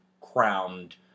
crowned